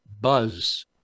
buzz